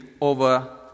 over